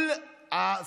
אלעזר,